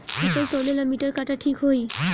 फसल तौले ला मिटर काटा ठिक होही?